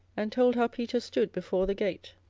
and told how peter stood before the gate.